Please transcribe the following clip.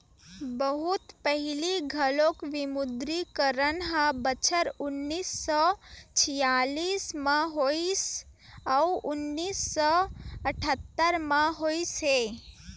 बहुत पहिली घलोक विमुद्रीकरन ह बछर उन्नीस सौ छियालिस म होइस अउ उन्नीस सौ अठत्तर म होइस हे